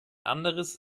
anderes